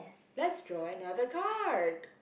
let's draw another card